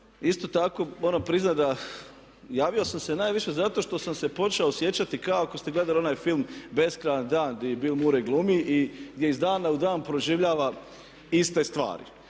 isto tako moram priznati da javio sam se najviše zato što sam se počeo osjećati kao ako ste gledali onaj film „Beskrajan dan“ gdje Bill Murray glumi i gdje iz dana u dan proživljava iste stvari.